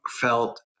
felt